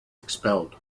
expelled